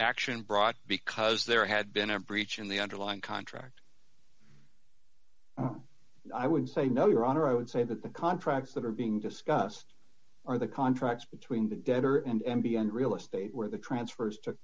action brought because there had been a breach in the underlying contract i would say no your honor i would say that the contracts that are being discussed are the contracts between the debtor and m b and real estate where the transfers took